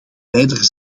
leider